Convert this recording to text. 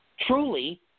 truly